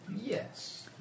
Yes